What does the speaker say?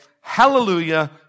Hallelujah